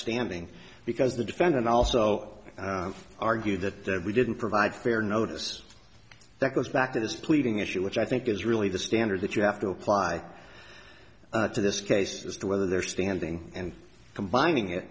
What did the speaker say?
standing because the defendant also argued that we didn't provide fair notice that goes back to this pleading issue which i think is really the standard that you have to apply to this case as to whether they're standing and combining it